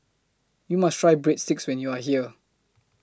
YOU must Try Breadsticks when YOU Are here